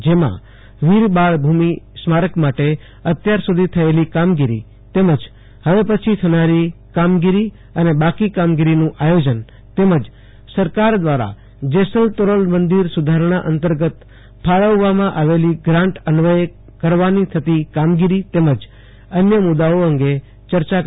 જેમાં વીર બાળા ભૂમિ સ્મારક માટે અત્યારસુધી થયેલી સમાંગીરી તેમજ હવે પછી થનારી કામગીરી અને બાકી કામગીરીનું આયોજન તેમજ સરકાર દ્વારા જેસલ તોરલ મંદિર સુધારણા અંતર્ગત ફાળવવામાં આવેલી ગ્રાન્ટ અન્વયે કરવાની થતી કામગીરી તેમજ અન્ય મુદ્દાઓ અંગે ચર્ચા કરવામાં આવશે